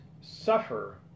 suffer